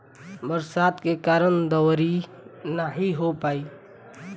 बरसात के कारण दँवरी नाइ हो पाई